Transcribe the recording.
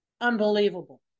unbelievable